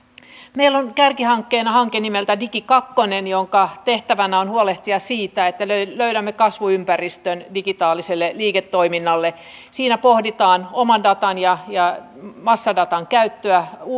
meillä on kärkihankkeena hanke nimeltä digi kaksi jonka tehtävänä on huolehtia siitä että löydämme kasvuympäristön digitaaliselle liiketoiminnalle siinä pohditaan oman datan ja ja massadatan käyttöä